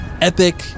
epic